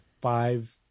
five